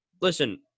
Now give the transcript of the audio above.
listen